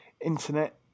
internet